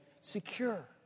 secure